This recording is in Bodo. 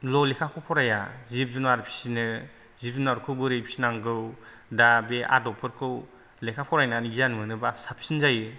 ल' लेखाखौ फराया जिब जुनाद फिसिनो जिब जुनादखौ बोरै फिसिनांगौ दा बे आदबफोरखौ लेखा फरायनानै गियान मोनोब्ला साबसिन जायो